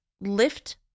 Lift